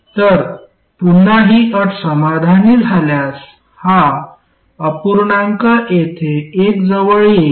तर पुन्हा ही अट समाधानी झाल्यास हा अपूर्णांक येथे 1 जवळ येईल